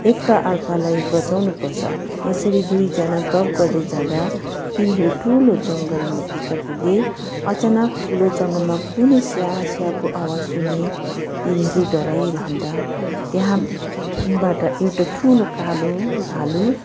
एक अर्कालाई बचाउन पर्छ यसरी दुईजना गफ गर्दै जाँदा तिनीहरू ठुलो जङ्गलमा भित्र पुगेँ अचानक ठुलो जङ्गलमा कुनै स्याँ स्याँको आवाज सुने तिनीहरू डराइरहँदा त्यहाँबाट एउटा ठुलो कालो भालु